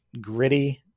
gritty